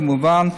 כמובן,